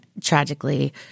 tragically